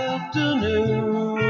Afternoon